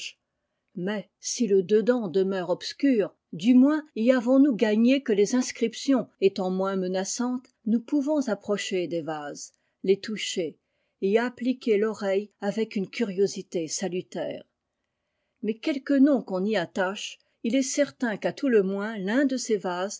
mais si le dedans demeure obscur du moins y avons-nous gagné que les inscriptions étant moins menaçantes nous pouvons approcher des vases les toucher et y appliquer toreille avec une curiosité salutaire mais quelque nom qu'on y attache il est certain qu'à tout le moins l'un de ces vases